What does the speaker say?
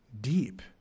Deep